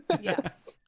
yes